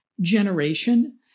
generation